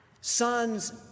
Sons